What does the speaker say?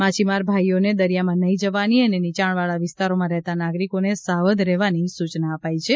માછીમાર ભાઈઓને દરિયામાં નહીં જવાની અને નીચાણવાળા વિસ્તારોમાં રહેતા નાગરિકોને સાવધ રહેવાની સૂચના અપાઈ છે